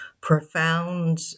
profound